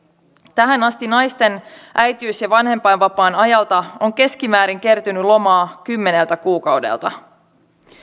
tähän asti naisten äitiys ja vanhempainvapaan ajalta on keskimäärin kertynyt lomaa kymmeneltä kuukaudelta